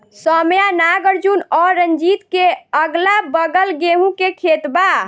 सौम्या नागार्जुन और रंजीत के अगलाबगल गेंहू के खेत बा